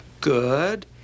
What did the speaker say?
good